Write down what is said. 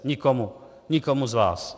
Nikomu, nikomu z vás.